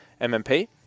MMP